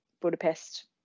budapest